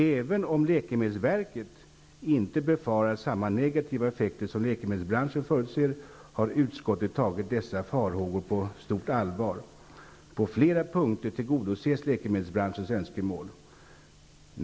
Även om läkemedelsverket inte befarar samma negativa effekter som läkemedelsbranschen förutser, har utskottet tagit dessa farhågor på stort allvar. På flera punkter tillgodoses läkemedelsbranschens önskemål.